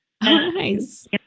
Nice